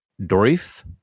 Dorif